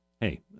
hey